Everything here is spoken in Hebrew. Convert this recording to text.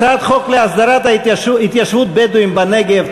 הצעת חוק להסדרת התיישבות בדואים בנגב,